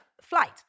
flight